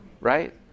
right